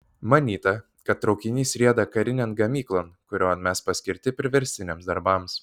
manyta kad traukinys rieda karinėn gamyklon kurion mes paskirti priverstiniams darbams